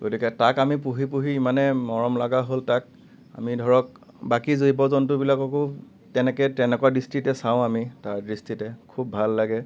গতিকে তাক আমি পুহি পুহি ইমানে মৰম লগা হ'ল তাক আমি ধৰক বাকী জীৱ জন্তুবিলাককো তেনেকৈ তেনেকুৱা দৃষ্টিতে চাওঁ আমি তাৰ দৃষ্টিতে খুব ভাল লাগে